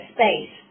Space